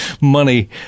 Money